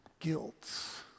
guilts